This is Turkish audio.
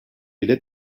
bile